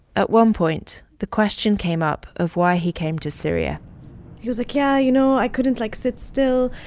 at one point, the question came up of why he came to syria he was like, yeah, you know, i couldn't, like, sit still.